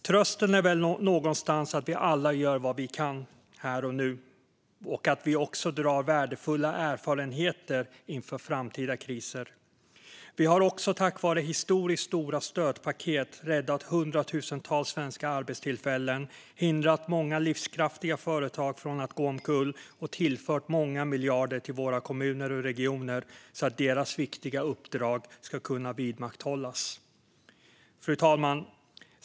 Trösten är väl någonstans att vi alla gör vad vi kan här och nu och att vi också gör värdefulla erfarenheter inför framtida kriser. Vi har också tack vare historiskt stora stödpaket räddat hundratusentals svenska arbetstillfällen, hindrat många livskraftiga företag från att gå omkull och tillfört många miljarder till våra kommuner och regioner så att deras viktiga uppdrag ska vidmakthållas. Fru talman!